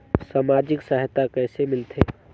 समाजिक सहायता कइसे मिलथे?